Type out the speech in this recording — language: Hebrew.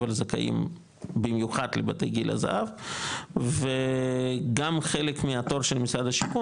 אבל זכאים במיוחד לבתי גיל הזהב וגם חלק מהתור של משרד השיכון